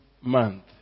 month